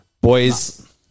boys